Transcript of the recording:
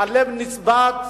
הלב נצבט,